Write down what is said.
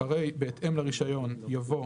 אחרי "בהתאם לרישיון" יבוא